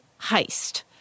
Heist